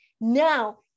Now